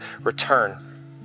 return